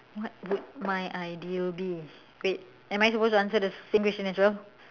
what would my ideal be wait am I suppose to answer the same question as well